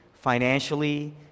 financially